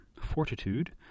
fortitude